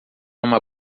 uma